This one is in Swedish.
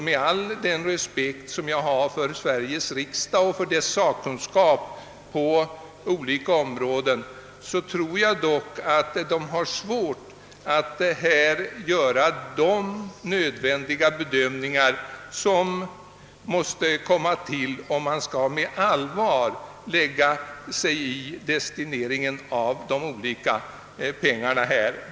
Med all respekt för Sveriges riksdag och dess sakkunskap på olika områden tror jag dock att riksdagen har svårt att göra de bedömningar som måste komma till, om man med allvar skall kunna lägga sig i destincringen av de olika medlen.